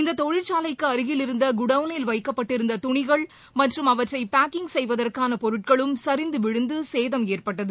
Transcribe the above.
இந்த தொழிற்சாலைக்கு அருகில் இருந்த குடோளில் வைக்கப்பட்டிருந்த துணிகள் மற்றும் அவற்றை பேக்கிங் செய்வதற்கான பொருட்களும் சரிந்து விழுந்து சேதம் ஏற்பட்டது